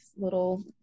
little